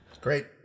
Great